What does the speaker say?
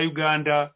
Uganda